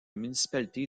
municipalité